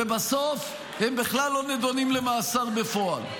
ובסוף הם בכלל לא נדונים למאסר בפועל.